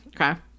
Okay